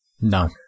No